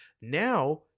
now